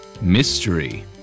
mystery